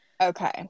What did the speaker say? Okay